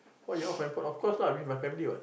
why you off your handphone of course ah with my family what